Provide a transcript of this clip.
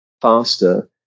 faster